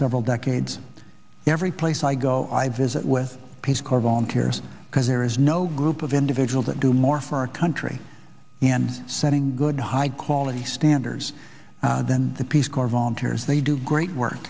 several decades every place i go i visit with peace corps volunteers because there is no group of individuals that do more for our country and setting good high quality standards then the peace corps volunteers they do great work